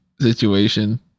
situation